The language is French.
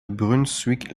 brunswick